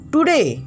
Today